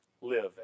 live